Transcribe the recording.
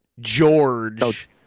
George